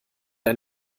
ein